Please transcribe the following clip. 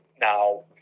now